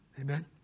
Amen